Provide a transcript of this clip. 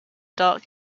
dark